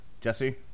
Jesse